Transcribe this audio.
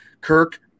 Kirk